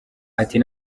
ati